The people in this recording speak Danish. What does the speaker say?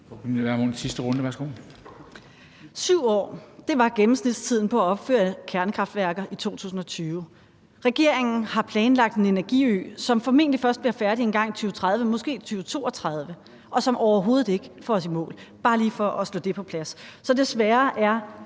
Kl. 13:56 Pernille Vermund (NB): 7 år – det var gennemsnitstiden på at opføre kernekraftværker i 2020. Regeringen har planlagt en energiø, som formentlig først bliver færdig engang i 2030, måske i 2032, og som overhovedet ikke får os i mål. Det siger jeg bare lige for at få det på plads. Så desværre er